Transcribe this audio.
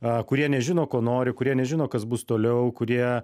kurie nežino ko nori kurie nežino kas bus toliau kurie